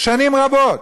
שנים רבות.